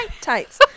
tights